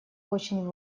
очень